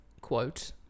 quote